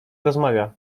rozmawia